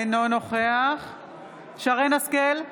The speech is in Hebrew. אינו נוכח שרן מרים השכל,